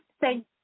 Thank